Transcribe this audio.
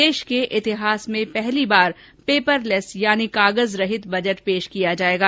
देश के इतिहास में पहली बार पेपरलेस यानी कागज रहित बजट पेश किया जाएगा